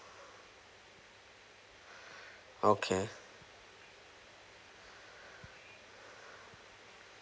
okay